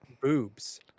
boobs